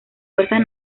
fuerzas